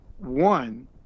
one